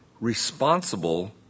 responsible